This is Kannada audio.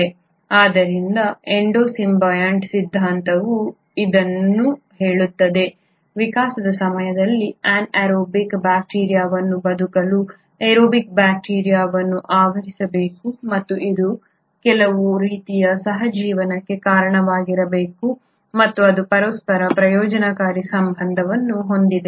ಆದ್ದರಿಂದ ಎಂಡೋ ಸಿಂಬಿಯಂಟ್ ಸಿದ್ಧಾಂತವು ಇದನ್ನು ಹೇಳುತ್ತದೆ ವಿಕಾಸದ ಸಮಯದಲ್ಲಿ ಅನೈರೋಬಿಕ್ ಬ್ಯಾಕ್ಟೀರಿಯಾವನ್ನು ಬದುಕಲು ಏರೋಬಿಕ್ ಬ್ಯಾಕ್ಟೀರಿಯಾವನ್ನು ಆವರಿಸಿರಬೇಕು ಮತ್ತು ಇದು ಕೆಲವು ರೀತಿಯ ಸಹಜೀವನಕ್ಕೆ ಕಾರಣವಾಗಿರಬೇಕು ಮತ್ತು ಅದು ಪರಸ್ಪರ ಪ್ರಯೋಜನಕಾರಿ ಸಂಬಂಧವನ್ನು ಹೊಂದಿದೆ